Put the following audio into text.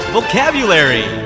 Vocabulary